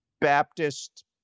baptist